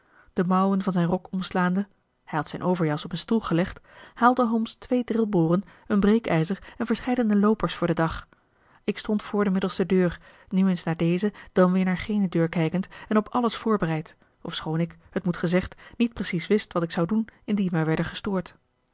de mouwen van zijn rok omslaande hij had zijn overjas op een stoel gelegd haalde holmes twee drilboren een breekijzer en verscheidene loopers voor den dag ik stond voor de middelste deur nu eens naar deze dan weer naar gene deur kijkend en op alles voorbereid ofschoon ik het moet gezegd niet precies wist wat ik zou doen indien wij werden gestoord